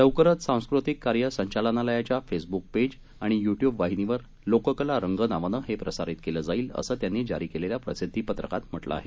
लवकरचसांस्कृतिककार्यसंचालनालयाच्याफेसब्कपेजआणिय्ट्यूबवाहिनीवरलोककलारंगना वानंहेप्रसारितकेलंजाईलअसंत्यांनीजारीकेलेल्याप्रसिद्धीपत्रकातम्हटलंआहे